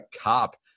cop